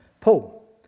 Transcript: Paul